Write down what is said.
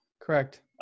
Correct